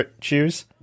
choose